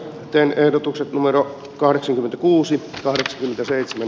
teen ehdotuksen numero kahdeksankymmentäkuusi kahdeksankymmentäseitsemän